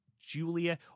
Julia